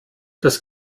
das